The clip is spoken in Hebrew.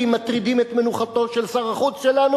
מטרידים את מנוחתו של שר החוץ שלנו.